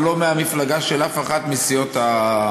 הוא לא מהמפלגה של אף אחת מסיעות האופוזיציה.